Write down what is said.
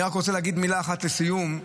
אני רוצה להגיד מילה אחת לסיום: